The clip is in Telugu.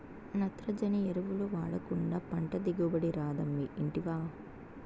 నత్రజని ఎరువులు వాడకుండా పంట దిగుబడి రాదమ్మీ ఇంటివా